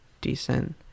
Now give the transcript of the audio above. decent